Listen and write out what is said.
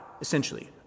essentially